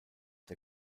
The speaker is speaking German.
der